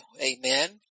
Amen